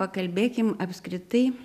pakalbėkim apskritai